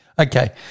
Okay